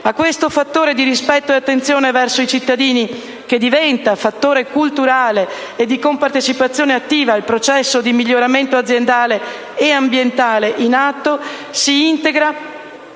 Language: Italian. A questo fattore di rispetto ed attenzione verso i cittadini, che diventa fattore culturale e di compartecipazione attiva al processo di miglioramento aziendale e ambientale in atto, si integra